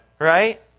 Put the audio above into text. Right